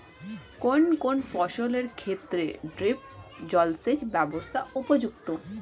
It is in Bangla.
কোন কোন ফসলের ক্ষেত্রে ড্রিপ জলসেচ ব্যবস্থা উপযুক্ত?